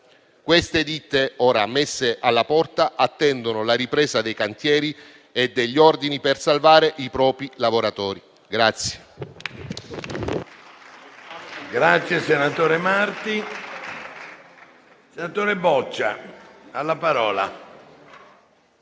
Queste ditte ora messe alla porta attendono la ripresa dei cantieri e degli ordini per salvare i propri lavoratori.